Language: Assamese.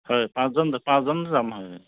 হয় পাঁচজন যাম হয়